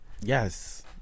Yes